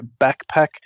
backpack